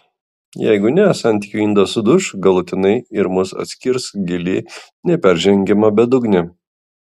jeigu ne santykių indas suduš galutinai ir mus atskirs gili neperžengiama bedugnė